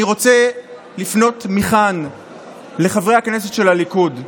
אני רוצה לפנות מכאן לחברי הכנסת של הליכוד: